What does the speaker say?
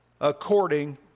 according